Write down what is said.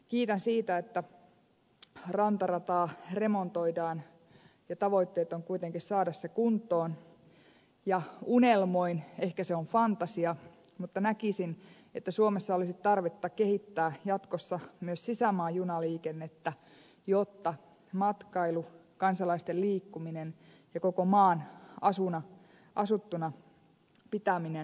kiitän siitä että rantarataa remontoidaan ja tavoitteena on kuitenkin saada se kuntoon ja unelmoin ehkä se on fantasiaa mutta näkisin että suomessa olisi tarvetta kehittää jatkossa myös sisämaan junaliikennettä jotta matkailu kansalaisten liikkuminen ja koko maan asuttuna pitäminen mahdollistuisivat